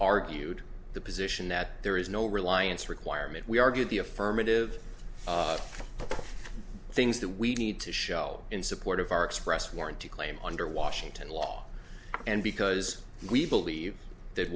argued the position that there is no reliance requirement we argued the affirmative things that we need to show in support of our express warranty claim under washington law and because we believe that